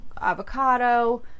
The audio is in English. avocado